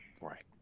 Right